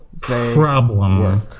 problem